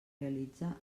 realitza